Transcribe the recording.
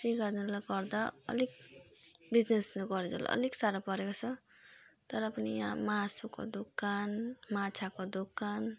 त्यही कारणले गर्दा अलिक बिजनेसहरू गरेको चाहिँलाई अलिक साह्रो परेको छ तर पनि यहाँ मासुको दोकान माछाको दोकान